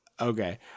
Okay